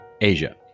Asia